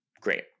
great